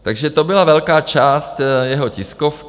Takže to byla velká část jeho tiskovky.